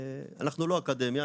אנחנו לא אקדמיה,